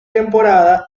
temporada